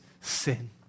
sin